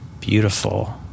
beautiful